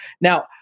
Now